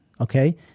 okay